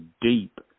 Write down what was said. deep